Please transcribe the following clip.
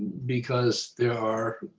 because there are